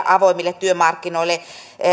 avoimille työmarkkinoille